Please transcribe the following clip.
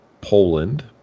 Poland